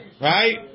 Right